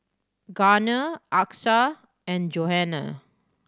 Garner Achsah and Johanna